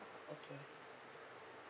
okay